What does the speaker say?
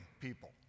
people